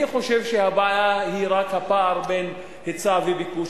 חושב שהבעיה היא רק הפער בין היצע וביקוש,